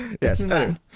Yes